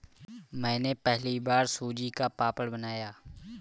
मैंने पहली बार सूजी का पापड़ बनाया